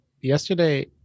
yesterday